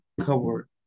cover